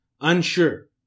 Unsure